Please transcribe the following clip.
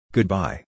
Goodbye